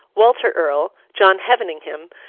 walter earl, john heveningham,